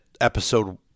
episode